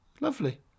lovely